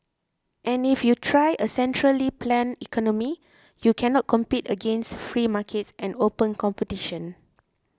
and if you try a centrally planned economy you cannot compete against free markets and open competition